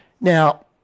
Now